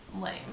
lame